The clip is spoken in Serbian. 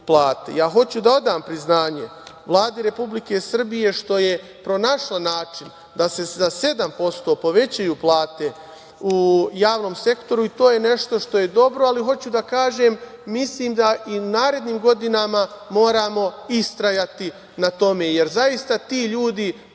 Ja hoću da odam priznanje Vladi Republike Srbije što je pronašla način da se za 7% povećaju plate u javnom sektoru. To je nešto što je dobro, ali hoću da kažem, mislim da i u narednim godinama moramo istrajati na tome, jer zaista ti ljudi drže